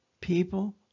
People